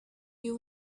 you